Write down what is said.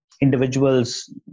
individuals